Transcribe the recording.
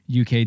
UK